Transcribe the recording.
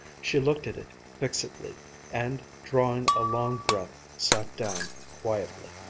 she looked at it fixedly and drawing a long breath sat down quietly.